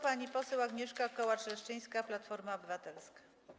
Pani poseł Agnieszka Kołacz-Leszczyńska, Platforma Obywatelska.